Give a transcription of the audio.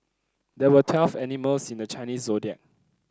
there are twelve animals in the Chinese Zodiac